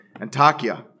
Antakya